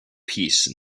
peace